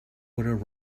were